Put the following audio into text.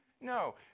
No